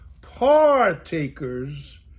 partakers